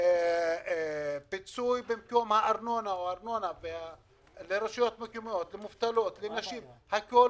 פיצוי במקום ארנונה לרשות מקומיות הכול